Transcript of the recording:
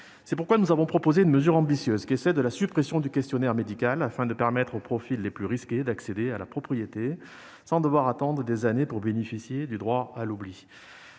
C'est pourquoi nous avons proposé une mesure ambitieuse : la suppression du questionnaire médical, afin de permettre aux profils les plus risqués d'accéder à la propriété sans devoir attendre des années pour bénéficier du droit à l'oubli.